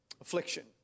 affliction